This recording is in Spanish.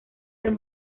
del